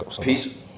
peace